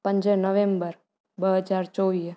पंज नवेम्बर ॿ हज़ार चोवीह